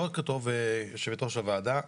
בוקר טוב יו"ר הוועדה.